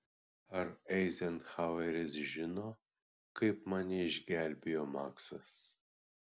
ar eizenhaueris žino kaip mane išgelbėjo maksas